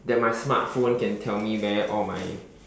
that my smartphone can tell me where all my